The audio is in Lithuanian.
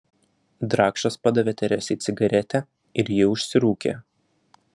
drakšas padavė teresei cigaretę ir ji užsirūkė